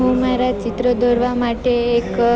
હું મારા ચિત્ર દોરવા માટે એક